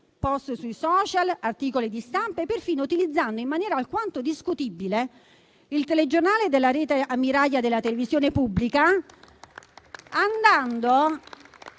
*post* sui *social*, articoli di stampa e perfino utilizzando in maniera alquanto discutibile il telegiornale della rete ammiraglia della televisione pubblica, andando